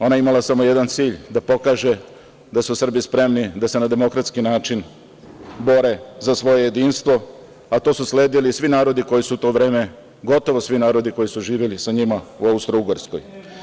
Ona je imala samo jedan cilj, da pokaže da su Srbi spremni da se na demokratski način bore za svoje jedinstvo, a to su sledili svi narodi koji su u to vreme, gotovo svi narodi koji su živeli sa njima u Austrougarskoj.